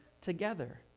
together